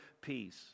peace